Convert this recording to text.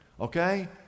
Okay